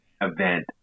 event